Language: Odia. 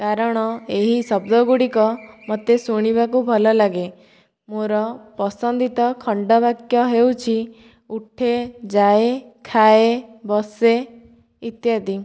କାରଣ ଏହି ଶବ୍ଦ ଗୁଡ଼ିକ ମୋତେ ଶୁଣିବାକୁ ଭଲ ଲାଗେ ମୋର ପସନ୍ଦିତ ଖଣ୍ଡ ବାକ୍ୟ ହେଉଛି ଉଠେ ଯାଏ ଖାଏ ବସେ ଇତ୍ୟାଦି